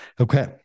okay